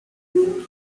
nine